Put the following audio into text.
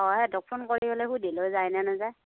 অঁ সিহঁতক ফোন কৰি পেলাই সুধি ল যায়নে নাযায়